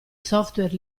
software